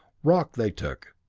rock they took,